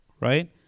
right